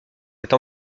cette